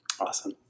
awesome